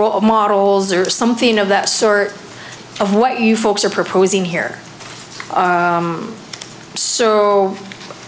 of models or something of that sort of what you folks are proposing here so